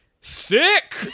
sick